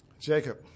Jacob